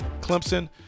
Clemson